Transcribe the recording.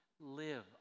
live